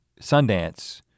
Sundance